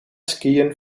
skiën